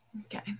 Okay